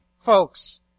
Folks